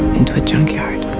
into a junkyard.